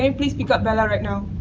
ah please pick up bella right now